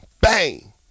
Bang